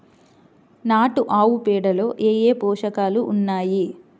నాటు ఆవుపేడలో ఏ ఏ పోషకాలు ఉన్నాయి?